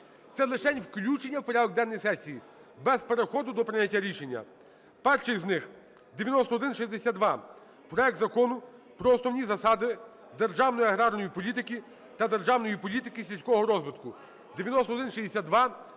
Це лишень включення в порядок денний сесії без переходу до прийняття рішення. Перший з них 9162, проект Закону про основні засади державної аграрної політики та державної політики сільського розвитку.